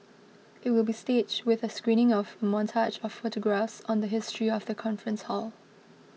it will be staged with a screening of a montage of photographs on the history of the conference hall